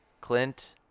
Clint